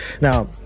now